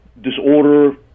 disorder